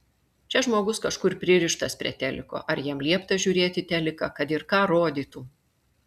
čia žmogus kažkur pririštas prie teliko ar jam liepta žiūrėt teliką kad ir ką rodytų